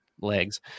legs